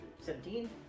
Seventeen